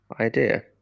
idea